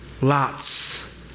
Lot's